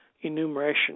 enumeration